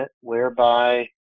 whereby